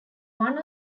one